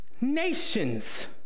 nations